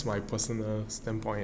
that's my person